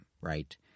right